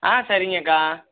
ஆ சரிங்கக்கா